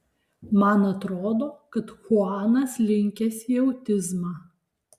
man atrodo kad chuanas linkęs į autizmą